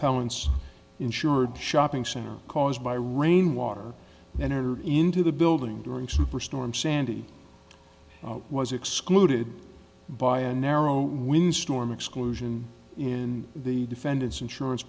appellant's insured shopping center caused by rainwater enter into the building during superstorm sandy was excluded by a narrow windstorm exclusion in the defendant's insurance